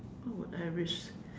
what would I risk